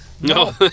No